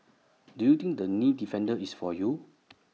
do you think the knee defender is for you